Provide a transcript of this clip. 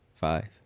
Five